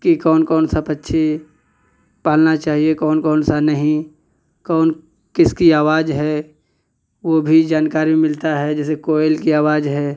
कि कौन कौन सा पक्षी पालना चाहिए कौन कौन सा नहीं कौन किसकी आवाज है वो भी जानकारी में मिलता है जैसे कोयल की आवाज है